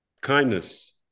Kindness